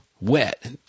Wet